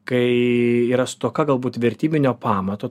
kai yra stoka galbūt vertybinio pamato